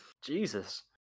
Jesus